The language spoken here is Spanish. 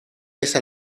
esa